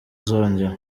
azongera